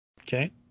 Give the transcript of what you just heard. okay